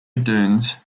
dunes